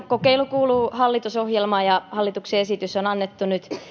kokeilu kuuluu hallitusohjelmaan ja hallituksen esitys on annettu nyt